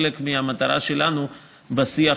חלק מהמטרה שלנו בשיח,